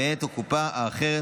ואת הקופה האחרת,